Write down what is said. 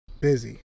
busy